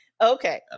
Okay